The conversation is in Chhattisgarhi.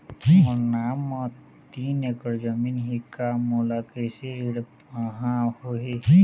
मोर नाम म तीन एकड़ जमीन ही का मोला कृषि ऋण पाहां होही?